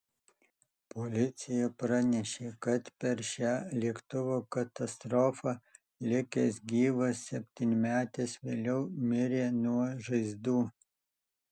policija pranešė kad per šią lėktuvo katastrofą likęs gyvas septynmetis vėliau mirė nuo žaizdų